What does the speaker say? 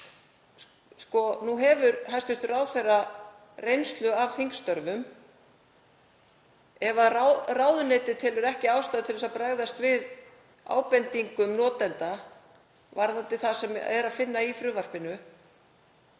nú hefur hæstv. ráðherra reynslu af þingstörfum: Ef ráðuneytið telur ekki ástæðu til að bregðast við ábendingum notenda varðandi það sem er að finna í frumvarpinu